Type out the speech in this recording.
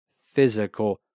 physical